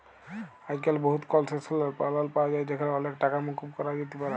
আইজক্যাল বহুত কলসেসলাল লন পাওয়া যায় যেখালে অলেক টাকা মুকুব ক্যরা যাতে পারে